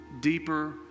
deeper